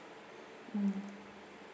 mm